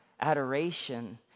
adoration